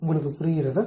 உங்களுக்குப் புரிகிறதா